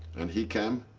and he came.